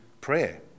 prayer